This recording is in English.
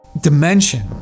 dimension